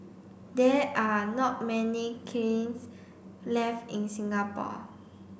there are not many kilns left in Singapore